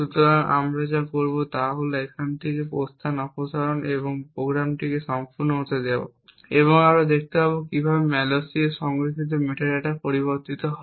সুতরাং আমরা যা করব তা হল এখান থেকে প্রস্থান অপসারণ এবং প্রোগ্রামটিকে সম্পূর্ণ হতে দেওয়া এবং আমরা দেখতে পাব কিভাবে malloc এ সংরক্ষিত মেটাডেটা পরিবর্তন হয়